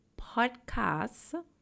podcasts